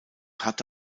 hatte